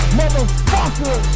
motherfucker